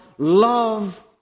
love